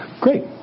Great